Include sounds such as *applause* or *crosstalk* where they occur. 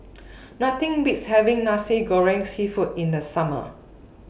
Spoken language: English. *noise* Nothing Beats having Nasi Goreng Seafood in The Summer